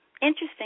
Interesting